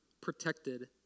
protected